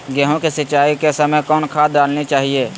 गेंहू के सिंचाई के समय कौन खाद डालनी चाइये?